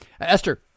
Esther